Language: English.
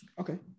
okay